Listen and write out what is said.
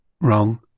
wrong